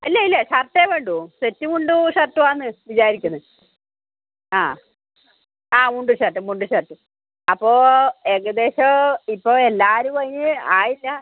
അല്ല ഇല്ല ഷർട്ടേ വേണ്ടൂ സെറ്റ് മുണ്ടും ഷർട്ടും ആണ് വിചാരിക്കുന്നത് ആ ആ മുണ്ടും ഷർട്ടും മുണ്ടും ഷർട്ടും അപ്പോൾ ഏകദേശം ഇപ്പോൾ എല്ലാവരും അതിന് ആയില്ല